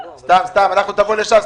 סתם, תבוא לש"ס.